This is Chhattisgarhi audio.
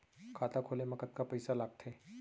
खाता खोले मा कतका पइसा लागथे?